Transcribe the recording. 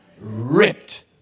ripped